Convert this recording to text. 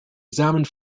examined